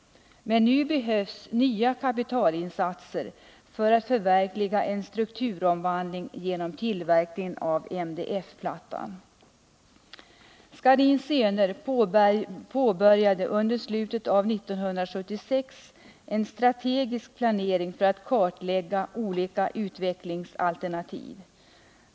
Men nu behövs nya kapitalinsatser för att förverkliga en strukturomvandling genom tillverkningen av MDF-plattan. Scharins Söner påbörjade under slutet av 1976 en strategisk planering för att kartlägga olika utvecklingsalternativ.